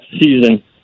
season